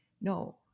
No